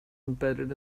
embedded